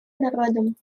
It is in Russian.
народом